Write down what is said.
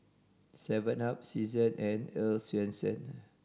seven up Season and Earl's Swensens